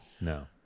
No